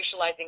racializing